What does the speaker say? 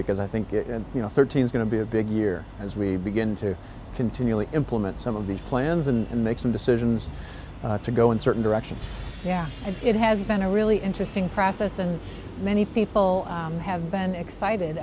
because i think you know thirteen is going to be a big year as we begin to continually implement some of these plans and make some decisions to go in certain directions yeah and it has been a really interesting process and many people have been excited